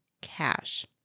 cash